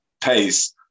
pace